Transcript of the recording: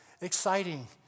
exciting